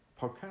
podcast